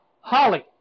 Holly